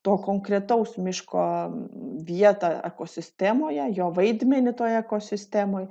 to konkretaus miško vietą ekosistemoje jo vaidmenį toje ekosistemoje